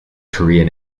korean